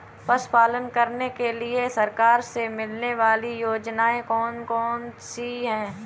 पशु पालन करने के लिए सरकार से मिलने वाली योजनाएँ कौन कौन सी हैं?